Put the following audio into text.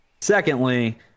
secondly